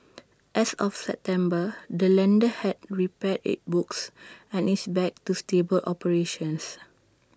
as of September the lender had repaired its books and is back to stable operations